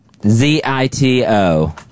Z-I-T-O